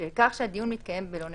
בשל כך שהדיון מתקיים בלא נוכחותו,